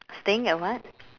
staying at what